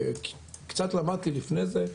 קצת למדתי לפני זה,